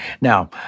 Now